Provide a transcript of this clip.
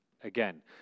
again